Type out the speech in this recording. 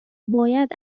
باید